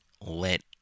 let